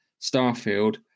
starfield